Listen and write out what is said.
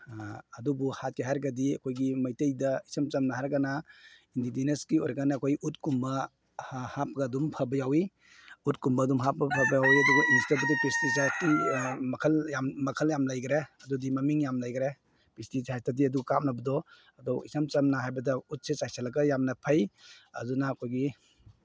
ꯑꯗꯨꯕꯨ ꯍꯥꯠꯀꯦ ꯍꯥꯏꯔꯒꯗꯤ ꯑꯩꯈꯣꯏꯒꯤ ꯃꯩꯇꯩꯗ ꯏꯆꯝ ꯆꯝꯅ ꯍꯥꯏꯔꯒꯅ ꯏꯟꯗꯤꯖꯤꯅꯁꯀꯤ ꯑꯣꯏꯔꯒꯅ ꯑꯩꯈꯣꯏ ꯎꯠꯀꯨꯝꯕ ꯍꯥꯞꯂꯒ ꯑꯗꯨꯝ ꯐꯕ ꯌꯥꯎꯋꯤ ꯎꯠꯀꯨꯝꯕ ꯑꯗꯨꯝ ꯍꯥꯞꯄꯒ ꯐꯕ ꯌꯥꯎꯋꯤ ꯑꯗꯨꯒ ꯏꯟꯁꯦꯛꯇꯤꯁꯥꯏꯠ ꯄꯦꯁꯇꯤꯁꯥꯏꯠꯀꯤ ꯃꯈꯜ ꯌꯥꯝ ꯃꯈꯜ ꯌꯥꯝ ꯂꯩꯒ꯭ꯔꯦ ꯑꯗꯨꯗꯤ ꯃꯃꯤꯡ ꯌꯥꯝ ꯂꯩꯒ꯭ꯔꯦ ꯄꯦꯁꯇꯤꯁꯥꯏꯠꯇꯗꯤ ꯑꯗꯨ ꯀꯥꯞꯅꯕꯗꯣ ꯑꯗꯣ ꯑꯆꯝ ꯆꯝꯅ ꯍꯥꯏꯔꯕꯗ ꯎꯠꯁꯦ ꯆꯥꯏꯁꯤꯜꯂꯒ ꯌꯥꯝꯅ ꯐꯩ ꯑꯗꯨꯅ ꯑꯩꯈꯣꯏꯒꯤ